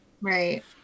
Right